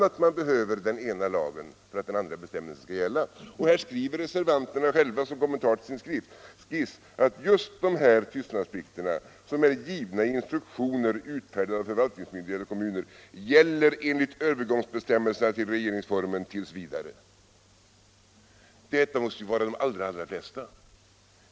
Bestämmelserna i den ena är inte beroende av föreskrifterna i den andra för att äga giltighet. Reservanterna skriver också själva som kommentar till sin skiss att tystnadsplikter som är givna i instruktioner, utfärdade av förvaltningsmyndighet eller kommuner, enligt övergångsbestämmelserna till regeringsformen gäller tills vidare. Detta måste avse de allra flesta tystnadsplikter.